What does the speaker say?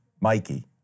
Mikey